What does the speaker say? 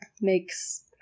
makes